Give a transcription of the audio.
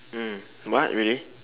mm what really